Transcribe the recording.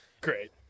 great